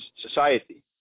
society